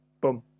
Boom